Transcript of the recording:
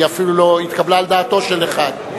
היא אפילו לא התקבלה על דעתו של אחד.